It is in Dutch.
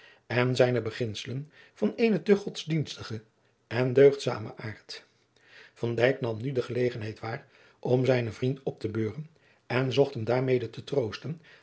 en zijne beginselen van eenen te godsdienstigen en deugdzamen aard van dijk nam nu de gelegenheid waar om zijnen vriend op te beuren en zocht hem daarmede te troosten